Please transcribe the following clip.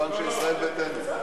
לא אנשי ישראל ביתנו.